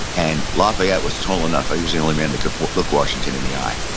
and lafayette was tall enough, he was the only man that could look washington in the eye.